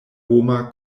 homa